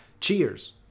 Cheers